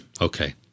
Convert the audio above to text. okay